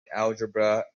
algebra